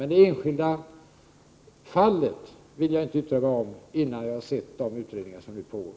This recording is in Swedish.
Men det enskilda fallet vill jag inte yttra mig om innan jag sett de utredningar som nu pågår.